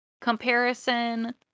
comparison